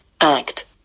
Act